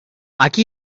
aquí